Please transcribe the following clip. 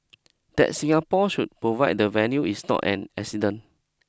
that Singapore should provide the venue is not an accident